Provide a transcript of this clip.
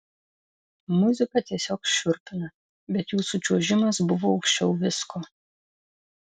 muzika tiesiog šiurpina bet jūsų čiuožimas buvo aukščiau visko